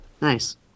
Nice